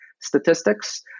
statistics